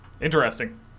Interesting